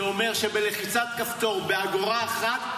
זה אומר שבלחיצת כפתור, באגורה אחת,